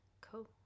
Cool